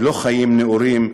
לא חיים נאורים,